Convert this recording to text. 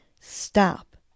stop